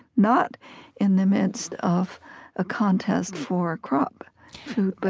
not in the midst of a contest for crop food, but